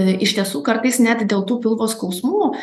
iš tiesų kartais net dėl tų pilvo skausmų